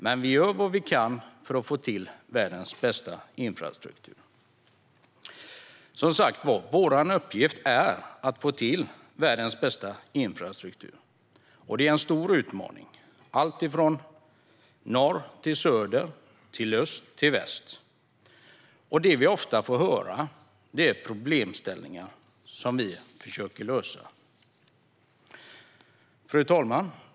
Men vi gör vad vi kan för att få till världens bästa infrastruktur. Det är vår uppgift, och det är en stor utmaning - från norr till söder och från öst till väst. Det vi ofta får höra om är problem, som vi försöker lösa. Fru talman!